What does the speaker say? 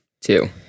Two